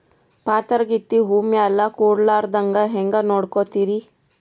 ಪಾತರಗಿತ್ತಿ ಹೂ ಮ್ಯಾಲ ಕೂಡಲಾರ್ದಂಗ ಹೇಂಗ ನೋಡಕೋತಿರಿ?